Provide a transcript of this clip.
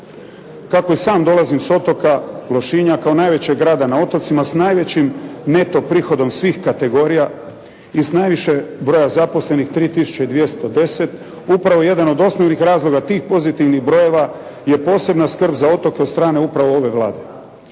Kako i sam dolazim s otoka Lošinja kao najvećeg grada na otocima s najvećim neto prihodom svih kategorija i s najviše broja zaposlenih 3 tisuće i 210 upravo jedan od osnovnih razloga tih pozitivnih brojeva je posebna skrb za otoke strane upravo ovoj Vladi.